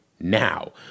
now